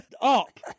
up